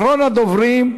אחרון הדוברים,